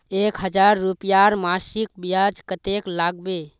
एक हजार रूपयार मासिक ब्याज कतेक लागबे?